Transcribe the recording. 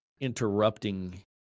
interrupting